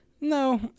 No